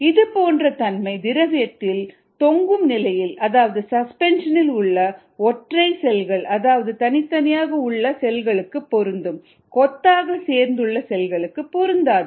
இது போன்ற தன்மை திரவியத்தில் தொங்கும் நிலையில் அதாவது சஸ்பென்ஷனில் உள்ள ஒற்றை செல்கள் அதாவது தனித்தனியாக உள்ள செல்களுக்கு பொருந்தும் கொத்தாக சேர்ந்துள்ள செல்களுக்கு பொருந்தாது